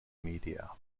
media